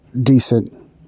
decent